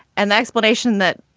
and that explanation that,